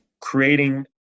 creating